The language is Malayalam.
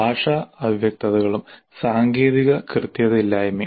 ഭാഷാ അവ്യക്തതകളും സാങ്കേതിക കൃത്യതയില്ലായ്മയും